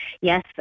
yes